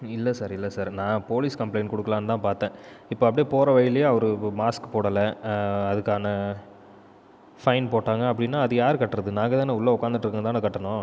இல்லைசார் இல்லை சார் நான் police complaint கொடுக்கலான்னு தான் பார்த்தன் இப்போ அப்படியே போகிற வழியிலேயே அவரு மாஸ்க் போடல அதுக்கான ஃபைன் போட்டாங்கள் அப்படின்னா அது யாரு கட்டுறது நாங்கள் தான் உள்ளே உட்காந்துட்டு இருக்குகிறவங்க தான் கட்டணும்